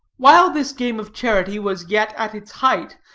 while this game of charity was yet at its height,